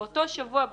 באותו שבוע בדיוק,